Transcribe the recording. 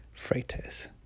Freitas